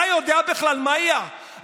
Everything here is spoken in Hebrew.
אתה יודע בכלל מה הפרמטרים?